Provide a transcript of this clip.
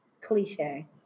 cliche